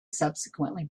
subsequently